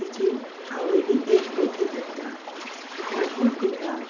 तिची आवयली एक व्होटी भरता मागीर तिका